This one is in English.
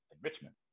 richmond